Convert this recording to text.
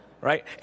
Right